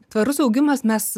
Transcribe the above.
tvarus augimas mes